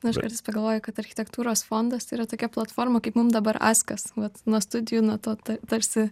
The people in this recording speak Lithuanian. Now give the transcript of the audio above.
nu aš kartais pagalvoju kad architektūros fondas yra tokia platforma kaip mum dabar atsakas vat nuo studijų nuo to tarsi